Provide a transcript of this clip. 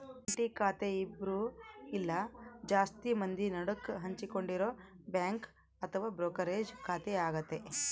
ಜಂಟಿ ಖಾತೆ ಇಬ್ರು ಇಲ್ಲ ಜಾಸ್ತಿ ಮಂದಿ ನಡುಕ ಹಂಚಿಕೊಂಡಿರೊ ಬ್ಯಾಂಕ್ ಅಥವಾ ಬ್ರೋಕರೇಜ್ ಖಾತೆಯಾಗತೆ